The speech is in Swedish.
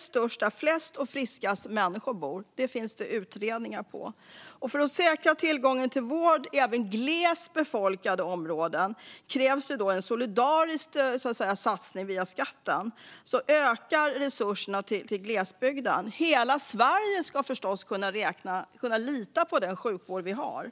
störst där flest och friskast människor bor - det finns utredningar som visar detta. För att säkra tillgången till vård även i glest befolkade områden krävs en solidarisk satsning via skatten så att resurserna till glesbygden ökar. Hela Sverige ska förstås kunna lita på den sjukvård vi har.